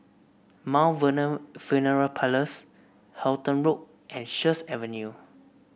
Mt Vernon Funeral Parlours Halton Road and Sheares Avenue